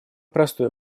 простое